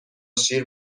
شیر